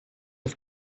auf